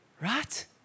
Right